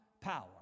power